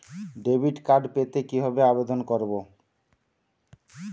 Debit card পেতে কিভাবে আবেদন করব?